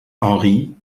henri